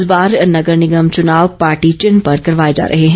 इस बार नगर निगम चुनाव पार्टी चिन्ह पर करवाए जा रहे हैं